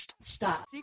Stop